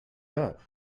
not